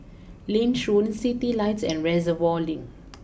Lange Citylights and Reservoir Link